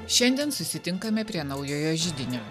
šiandien susitinkame prie naujojo židinio